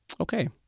Okay